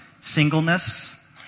singleness